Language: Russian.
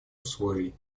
условий